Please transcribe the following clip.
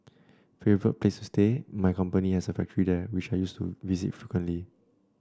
favourite place to stay my company has a factory there which I used to visit frequently